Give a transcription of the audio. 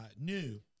new